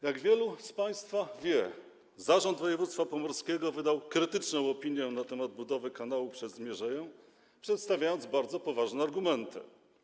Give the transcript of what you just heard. Jak wielu z państwa wie, Zarząd Województwa Pomorskiego wydał krytyczną opinię na temat budowy kanału przez mierzeję, przedstawiając bardzo poważne argumenty.